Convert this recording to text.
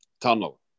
tunnel